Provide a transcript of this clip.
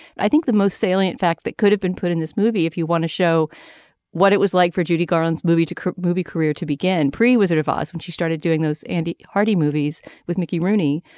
i think the most salient fact that could have been put in this movie if you want to show what it was like for judy garland's movie to cook movie career to begin pre was revised when she started doing those andy hardy movies with mickey rooney.